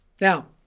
Now